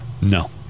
No